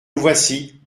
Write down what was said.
voici